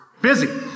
busy